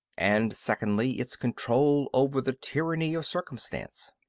and secondly, its control over the tyranny of circumstance.